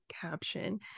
caption